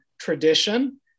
tradition